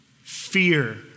fear